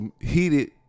heated